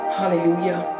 hallelujah